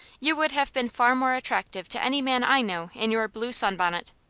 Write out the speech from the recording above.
you would have been far more attractive to any man i know in your blue sunbonnet.